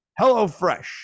HelloFresh